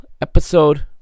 episode